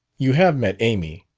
you have met amy.